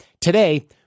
Today